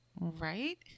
right